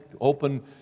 open